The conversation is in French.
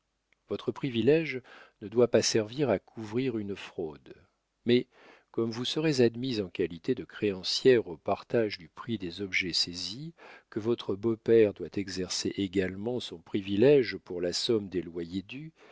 votre privilége ne doit pas servir à couvrir une fraude mais comme vous serez admise en qualité de créancière au partage du prix des objets saisis que votre beau-père doit exercer également son privilége pour la somme des loyers dus